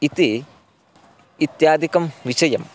इति इत्यादिकं विषयं